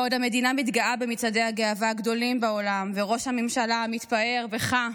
בעוד המדינה מתגאה במצעדי הגאווה הגדולים בעולם וראש הממשלה מתפאר בך,